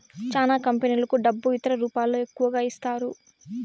చానా కంపెనీలకు డబ్బు ఇతర రూపాల్లో ఎక్కువగా ఇస్తారు